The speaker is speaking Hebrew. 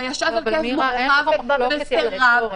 וישב הרכב מורחב וסירב,